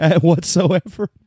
whatsoever